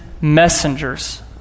messengers